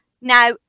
Now